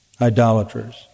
idolaters